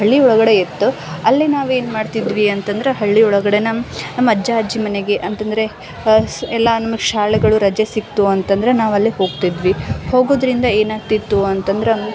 ಹಳ್ಳಿ ಒಳಗಡೆ ಇತ್ತು ಅಲ್ಲಿ ನಾವೇನು ಮಾಡ್ತಿದ್ವಿ ಅಂತಂದ್ರೆ ಹಳ್ಳಿ ಒಳಗಡೆ ನಮ್ಮ ನಮ್ಮಜ್ಜ ಅಜ್ಜಿ ಮನೆಗೆ ಅಂತಂದರೆ ಸ್ ಎಲ್ಲಾ ನಮಗೆ ಶಾಲೆಗಳು ರಜೆ ಸಿಕ್ತು ಅಂತಂದರೆ ನಾವು ಅಲ್ಲಿ ಹೋಗ್ತಿದ್ವಿ ಹೋಗುದರಿಂದ ಏನಾಗ್ತಿತ್ತು ಅಂತಂದ್ರೆ